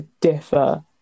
differ